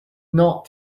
not